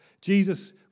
Jesus